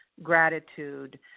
Gratitude